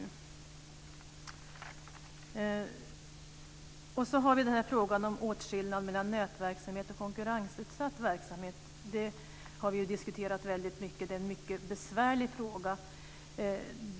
Sedan har vi frågan om åtskillnad mellan nätverksamhet och konkurrensutsatt verksamhet. Det har vi diskuterat väldigt mycket. Det är en mycket besvärlig fråga.